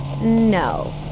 No